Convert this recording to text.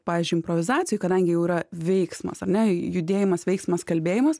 pavyzdžiui improvizacijoj kadangi jau yra veiksmas ar ne judėjimas veiksmas kalbėjimas